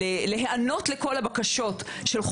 צריך להבין שאין במשרד הבריאות צי של אנשים שעונים על הדבר הזה.